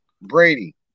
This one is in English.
Brady